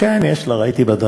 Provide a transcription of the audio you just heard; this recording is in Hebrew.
כן, יש לה, ראיתי בדף.